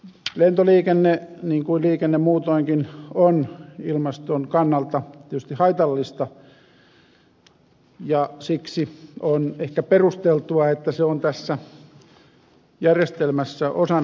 lentoliikenne niin kuin liikenne muutoinkin on ilmaston kannalta tietysti haitallista ja siksi on ehkä perusteltua että se on tässä järjestelmässä osana